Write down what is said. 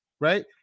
right